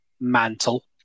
mantle